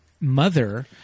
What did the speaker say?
mother